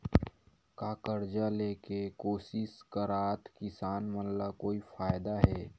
का कर्जा ले के कोशिश करात किसान मन ला कोई फायदा हे?